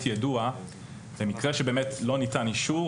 יידוע כאשר במקרה שבאמת לא ניתן אישור,